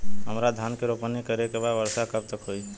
हमरा धान के रोपनी करे के बा वर्षा कब तक होई?